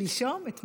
שלשום, אתמול,